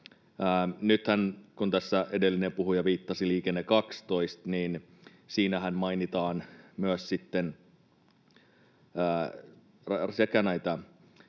Nyt kun edellinen puhuja viittasi Liikenne 12:een, niin siinähän mainitaan sekä näitä